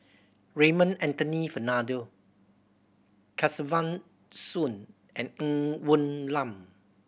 Raymond Anthony Fernando Kesavan Soon and Ng Woon Lam